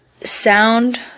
sound